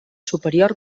superior